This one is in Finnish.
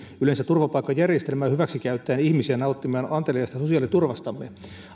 yleensä turvapaikkajärjestelmää hyväksi käyttäen ihmisiä nauttimaan anteliaasta sosiaaliturvastamme